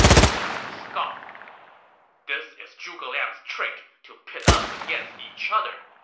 yong kai scoffed this is zhuge liang's trick to pit us against each other,